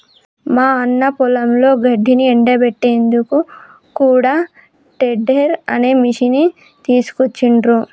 మా అన్న పొలంలో గడ్డిని ఎండపెట్టేందుకు కూడా టెడ్డర్ అనే మిషిని తీసుకొచ్చిండ్రు